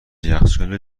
یخچال